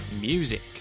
Music